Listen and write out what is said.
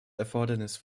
erfordernis